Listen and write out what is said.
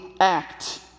act